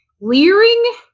leering